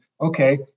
okay